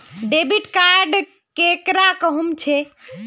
Debit card केकरा कहुम छे?